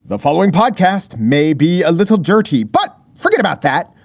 the following podcast may be a little dirty, but forget about that.